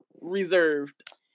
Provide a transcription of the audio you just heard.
reserved